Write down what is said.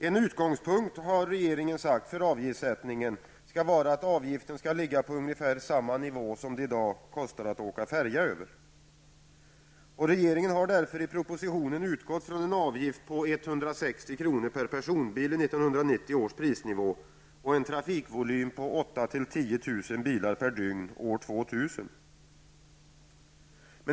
En utgångspunkt för avgiftssättningen har varit att avgiften skall ligga på ungefär samma nivå som det i dag kostar att åka färja. Regeringen har därför i propositionen utgått från en avgift på 160 kr. per personbil i 1990 års prisnivå och en trafikvolym på 8 000--10 000 bilar per dygn år 2000.